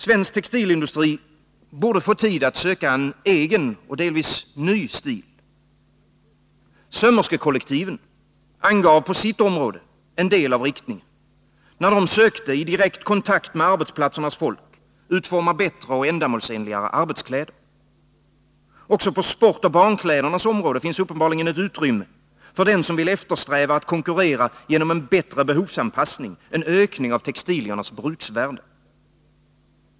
Svensk textilindustri borde få tid att söka en egen och delvis ny stil. Sömmerskekollektiven angav på sitt område en del av riktningen, när de sökte, i direkt kontakt med arbetsplatsernas folk, utforma bättre och mer ändamålsenliga arbetskläder. Också på sportoch barnklädernas område finns uppenbarligen ett utrymme för den som vill eftersträva att konkurrera genom en bättre behovsanpassning, en ökning av textiliernas bruksvärde.